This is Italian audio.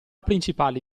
principale